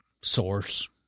source